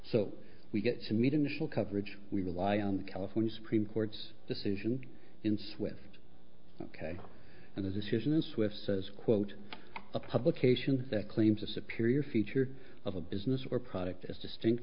so we get to meet initial coverage we rely on the california supreme court's decision in swift ok and the decision in swift says quote a publication that claims to secure your future of a business or product as distinct